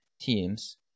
teams